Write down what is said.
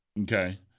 Okay